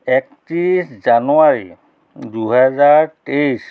একত্ৰিছ জানুৱাৰী দুহেজাৰ তেইছ